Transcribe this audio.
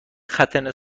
ختنه